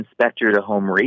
inspector-to-home